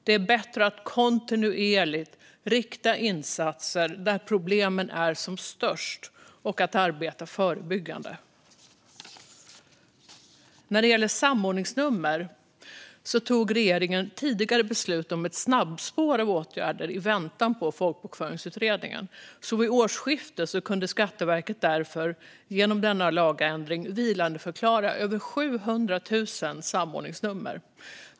Det är bättre att kontinuerligt rikta insatser dit där problemen är som störst och att arbeta förebyggande. När det gäller samordningsnummer tog regeringen tidigare beslut om ett snabbspår av åtgärder i väntan på utredningen om folkbokföringen. Vid årsskiftet kunde Skatteverket genom denna lagändring vilandeförklara över 700 000 samordningsnummer.